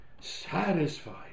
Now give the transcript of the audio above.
satisfied